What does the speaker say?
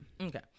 Okay